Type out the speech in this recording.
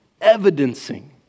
evidencing